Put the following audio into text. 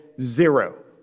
zero